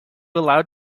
allowed